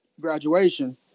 graduation